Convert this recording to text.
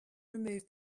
removed